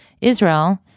Israel